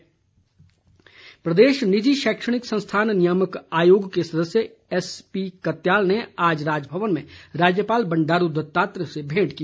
राज्यपाल प्रदेश निजी शैक्षणिक संस्थान नियामक आयोग के सदस्य एसपी कत्याल ने आज राजभवन में राज्यपाल बंडारू दत्तात्रेय से भेंट की